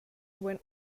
when